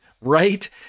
right